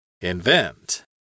Invent